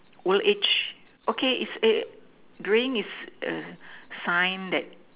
old age okay it's a drain is a sign that